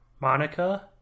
Monica